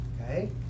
Okay